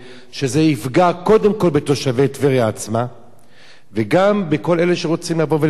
וזה יפגע קודם כול בתושבי טבריה עצמה וגם בכל אלה שרוצים לבוא ולבקר.